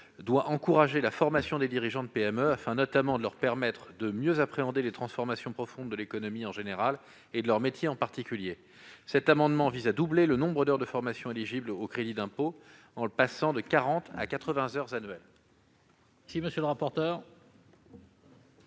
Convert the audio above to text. doit encourager la formation des dirigeants de PME, afin notamment de leur permettre de mieux appréhender les transformations profondes de l'économie en général et de leur métier en particulier. Cet amendement tend à doubler le nombre d'heures de formation éligibles au crédit d'impôt, en le passant de quarante à quatre-vingts heures annuelles.